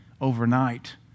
overnight